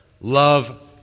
love